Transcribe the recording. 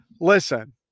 Listen